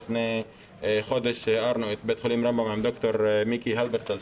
לפני חודש הארנו את בית החולים רמב"ם עם ד"ר מיקי הלברטל,